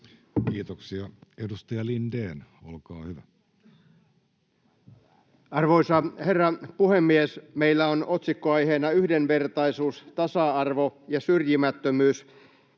Kiitoksia. — Edustaja Lindén, olkaa hyvä. Arvoisa herra puhemies! Meillä on otsikkoaiheena yhdenvertaisuus, tasa-arvo ja syrjimättömyys.